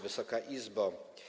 Wysoka Izbo!